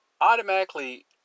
automatically